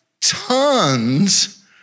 tons